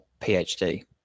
PhD